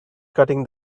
cutting